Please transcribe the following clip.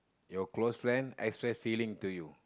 your close friend express feeling to you